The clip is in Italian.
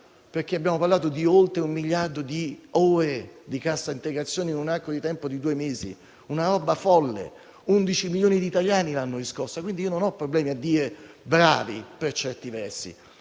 perché abbiamo parlato di oltre un miliardo di ore di cassa integrazione in un arco di tempo di due mesi, qualcosa di folle; 11 milioni di italiani l'hanno riscossa, quindi io non ho problemi a dire bravi per certi versi,